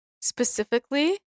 specifically